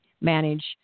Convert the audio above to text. manage